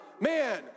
Man